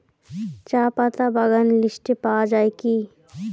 চাপাতা বাগান লিস্টে পাওয়া যায় কি?